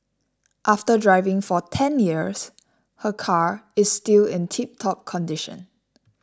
after driving for ten years her car is still in tiptop condition